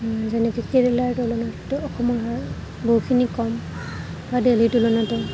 যেনেকৈ কেৰেলাৰ তুলনাত অসমৰ হাৰ বহুখিনি কম বা দেলহীৰ তুলনাতো